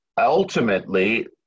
ultimately